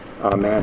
Amen